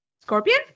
Scorpion